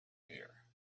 fear